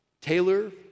Taylor